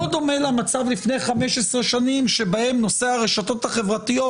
לא דומה למצב לפני 15 שנים שבהם נושא הרשתות החברתיות